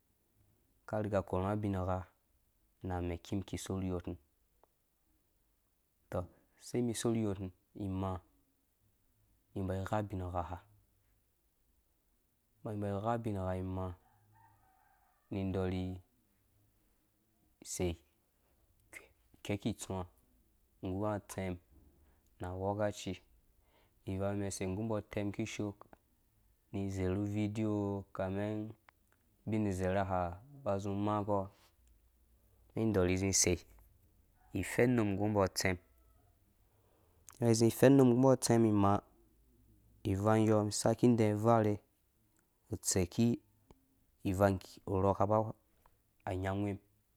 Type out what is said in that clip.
Ka rhiga korhu nga ubin ghana amɛ ki mum ki sorhi iyor tɔ sei mi sorhi iyor mi imaa ni imba isha ubingha mba bai gha ubingha imaa ni dɔri sei kɛki itsuwa nggu nga utsem nu awekaci ivang yɔ mɛm sei nggu mbɔ utɛmum kishoo ni zarhu videa kame ubin izerhe ha ba zĩ maa kpɔ mɛn dɔri zĩ sei ifɛnnum nggu mbɔ tsem imaa zĩ fɛnnum nggu mbo tsem imaa ivang gɔ mi saki dɛɛ varhe tseki ivangɔrɔ kaba uyanguwe mum.